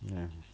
ya